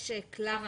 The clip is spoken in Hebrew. קלרה